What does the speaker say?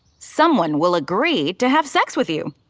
someone will agree to have sex with you.